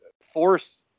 force